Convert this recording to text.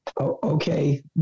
okay